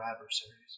adversaries